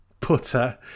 putter